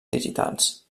digitals